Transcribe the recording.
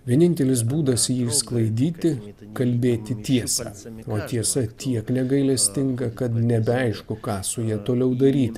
vienintelis būdas jį išsklaidyti kalbėti tiesą o tiesa tiek negailestinga kad nebeaišku ką su ja toliau daryti